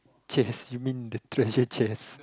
chests you mean the treasure chests